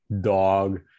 dog